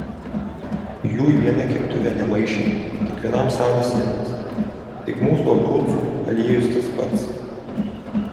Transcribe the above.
jų į vieną keptuvę nemaišėme kiekvienam savas indas tik mūsų abrucų aliejus tas pats